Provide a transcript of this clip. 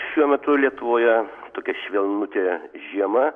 šiuo metu lietuvoje tokia švelnutė žiema